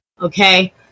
Okay